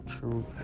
True